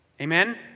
Amen